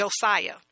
Josiah